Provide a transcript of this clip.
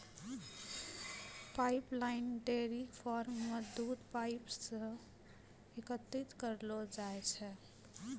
pipeline dairy farm म दूध pipe सें एकत्रित करलो जाय छै